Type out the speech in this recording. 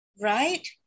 Right